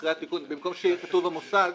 אחרי התיקון, במקום שיהיה כתוב "המוסד",